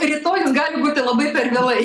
rytojus gali būti labai per vėlai